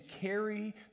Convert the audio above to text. carry